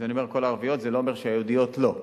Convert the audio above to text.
כשאני אומר כל הערביות זה לא אומר שהיהודיות לא,